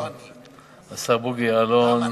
השר בוגי יעלון,